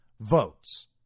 votes